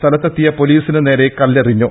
സ്ഥലത്തെത്തിയ പൊലിസിന് നേരെ കല്ലെറിഞ്ഞു